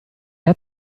hat